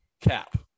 Cap